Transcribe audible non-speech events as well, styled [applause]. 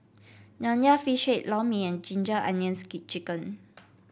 Nonya Fish Head Lor Mee and Ginger Onions [unintelligible] chicken